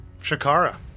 Shakara